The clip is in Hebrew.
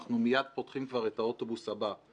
אנחנו מיד פותחים כבר את האוטובוס הבא.